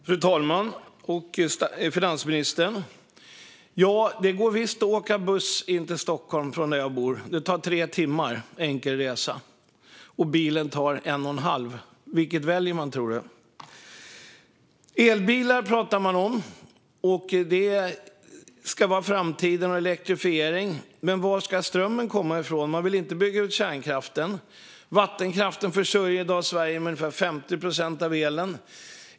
Fru talman! Ja, det går visst att åka buss till Stockholm från där jag bor. Det tar tre timmar, enkel resa. Med bilen tar det en och en halv timme. Vilket väljer man, tror du? Man pratar om elbilar. Det och elektrifiering ska vara framtiden. Men varifrån ska strömmen komma? Man vill inte bygga ut kärnkraften. Vattenkraften försörjer i dag Sverige med ungefär 50 procent av elen.